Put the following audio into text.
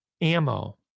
ammo